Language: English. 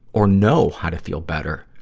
or know how to feel better,